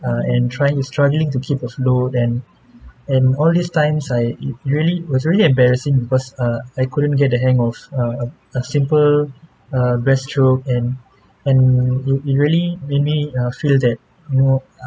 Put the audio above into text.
uh and trying struggling to keep afloat and and all these times I it really was really embarrassing because uh I couldn't get the hang of uh a simple uh breaststroke and and it it really make me uh feel that you know